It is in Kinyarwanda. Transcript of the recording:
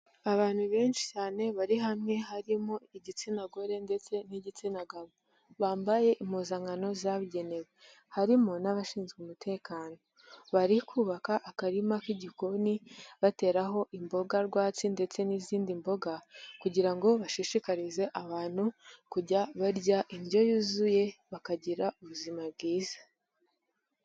Abantu benshi cyane bari hamwe, harimo igitsina gore ndetse n'igitsina gabo. Bambaye impuzankano zabigenewe. Harimo n'abashinzwe umutekano. Bari kubaka akarima k'igikoni, bateraho imboga rwatsi ndetse n'izindi mboga kugira ngo bashishikarize abantu kujya barya indyo yuzuye, bakagira ubuzima bwiza.